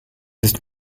ist